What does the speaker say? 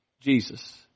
Jesus